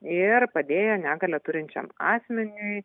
ir padėjo negalią turinčiam asmeniui